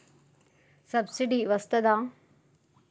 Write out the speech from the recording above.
Subsidy వస్తదా?